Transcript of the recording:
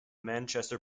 manchester